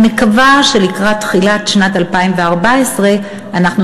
אני מקווה שלקראת תחילת שנת 2014 אנחנו